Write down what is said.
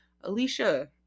Alicia